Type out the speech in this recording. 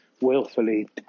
willfully